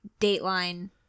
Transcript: Dateline